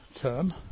term